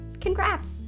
Congrats